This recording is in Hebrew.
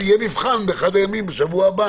יהיה מבחן באחד הימים בשבוע הבא.